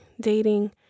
dating